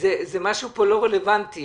זה לא רלוונטי.